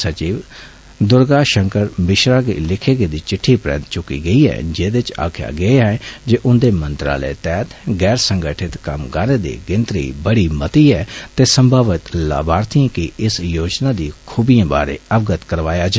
सचिव दुर्गा षंकर मिषन गी लिखे दी चिट्ठी परैन्त चुकी गेई ऐ जेहदे च आक्खेआ गेआ हा जे मंत्रालय तेहत गैर संगठित कम्मगार दी गिनतरी बडी मती ऐ ते संभावत लाभार्थियेंग ी इस योजना दी खुबिएं बारै अगवत करोआया जा